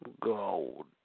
gold